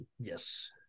Yes